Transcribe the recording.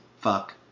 fuck